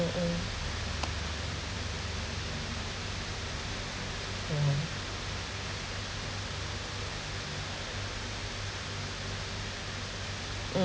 mm mm mm